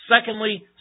Secondly